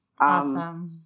Awesome